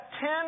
ten